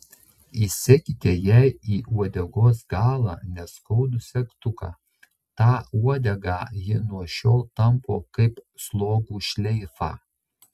įsekite jai į uodegos galą neskaudų segtuką tą uodegą ji nuo šiol tampo kaip slogų šleifą